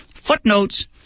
footnotes